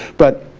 but